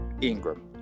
Ingram